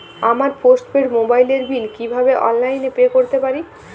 আমার postpaid মোবাইলের bill কীভাবে অনলাইনে পে করতে পারি?